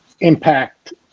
impact